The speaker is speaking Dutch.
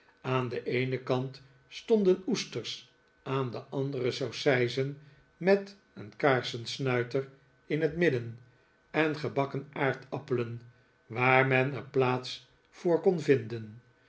aan den eenen kant stonden oesters aan den anderen sausijzen met een kaarsensnuiter in het midden en gebakken aardappelen waar men er plaats voor kon vinden